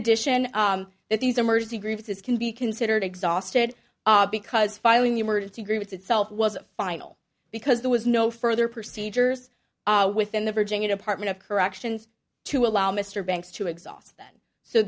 addition that these emergency grievances can be considered exhausted because filing emergency group itself was final because there was no further procedures within the virginia department of corrections to allow mr banks to exhaust